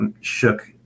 shook